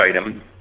item